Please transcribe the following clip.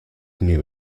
knew